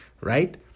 right